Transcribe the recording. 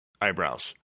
eyebrows